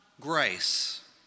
grace